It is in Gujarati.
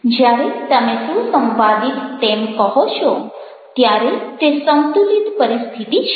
જ્યારે તમે સુસંવાદિત તેમ કહો છો ત્યારે તે સંતુલિત પરિસ્થિતિ છે